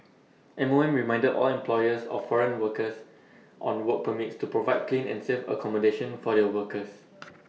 M O M reminded all employers of foreign workers on work permits to provide clean and safe accommodation for their workers